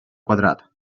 quadrat